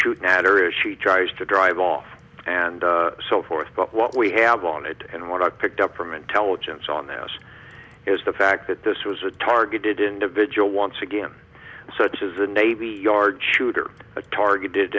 shoot matter if she tries to drive off and so forth but what we have on it and what i picked up from intelligence on this is the fact that this was a targeted individual once again such as the navy yard shooter a targeted